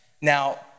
Now